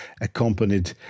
accompanied